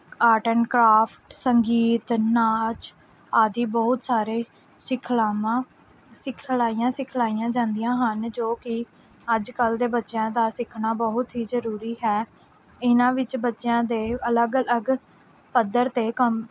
art and craft ਸੰਗੀਤ ਨਾਚ ਆਦਿ ਬਹੁਤ ਸਾਰੇ ਸਿਖਲਾਵਾਂ ਸਿਖਲਾਈਆਂ ਸਿਖਲਾਈਆਂ ਜਾਂਦੀਆਂ ਹਨ ਜੋ ਕਿ ਅੱਜ ਕੱਲ੍ਹ ਦੇ ਬੱਚਿਆਂ ਦਾ ਸਿੱਖਣਾ ਬਹੁਤ ਹੀ ਜ਼ਰੂਰੀ ਹੈ ਇਹਨਾਂ ਵਿੱਚ ਬੱਚਿਆਂ ਦੇ ਅਲੱਗ ਅਲੱਗ ਪੱਧਰ 'ਤੇ ਕੰਮ